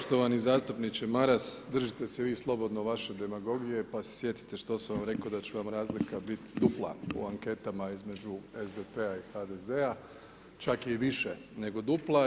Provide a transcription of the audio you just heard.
Poštovani zastupniče Maras, držite se vi slobodno vaše demagogije, pa se sjetite što sam vam rekao da će vam razlika biti dupla u anketama između SDP-a i HDZ-a, čak i više nego dupla.